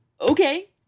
Okay